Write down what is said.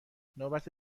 نوبت